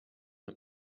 nur